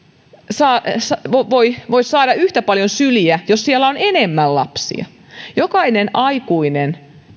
voi saada yhtä paljon syliä jos siellä on enemmän lapsia jokaisella aikuisella